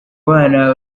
bana